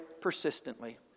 persistently